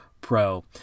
pro